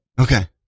Okay